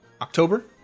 October